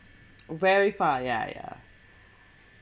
verify yeah yeah